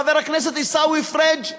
חבר הכנסת עיסאווי פריג'